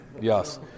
yes